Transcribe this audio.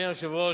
אדוני היושב-ראש,